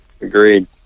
Agreed